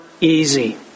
easy